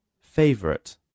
Favorite